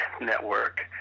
network